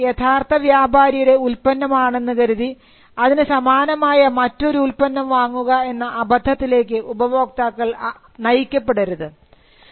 അതായത് യഥാർത്ഥ വ്യാപാരിയുടെ ഉൽപ്പന്നം ആണെന്ന് കരുതി അതിനു സമാനമായ മറ്റൊരു ഉൽപ്പന്നം വാങ്ങുക എന്ന അബദ്ധത്തിലേക്ക് ഉപഭോക്താക്കൾ നയിക്കപ്പെടരുത്